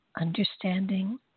understanding